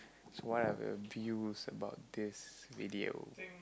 so what are your views about this video